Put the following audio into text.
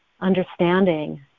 understanding